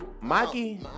mikey